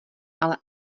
ale